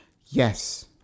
Yes